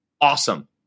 Awesome